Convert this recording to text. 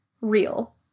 real